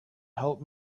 help